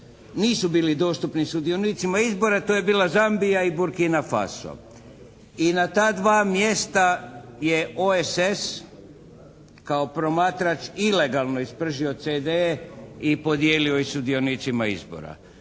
nisu bili dostupni sudionicima izborima. To je bila zamka … /Govornik se ne razumije./ … Burkina Faso. I na ta dva mjesta je OESS kao promatrač ilegalno ispržio CD-e i podijelio ih sudionicima izbora.